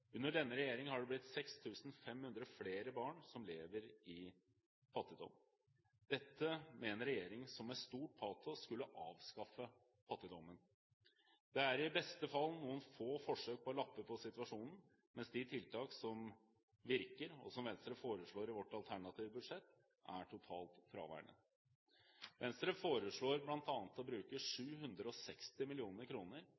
Under denne regjeringen har det blitt 6 500 flere barn som lever i fattigdom – dette med en regjering som med stor patos skulle avskaffe fattigdommen. Det er i beste fall noen få forsøk på å lappe på situasjonen, mens de tiltak som virker – og som Venstre foreslår i sitt alternative budsjett – er totalt fraværende. Venstre foreslår bl.a. å bruke